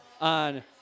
on